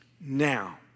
Now